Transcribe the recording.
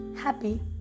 happy